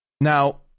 Now